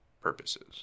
purposes